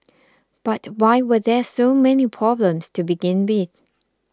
but why were there so many problems to begin with